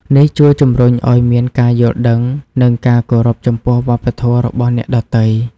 នេះជួយជំរុញឲ្យមានការយល់ដឹង និងការគោរពចំពោះវប្បធម៌របស់អ្នកដទៃ។